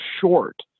short